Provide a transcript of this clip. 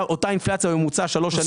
אותה אינפלציה בממוצע שלוש שנים.